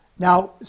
Now